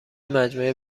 مجموعه